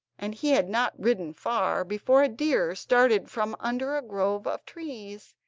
and he had not ridden far, before a deer started from under a grove of trees,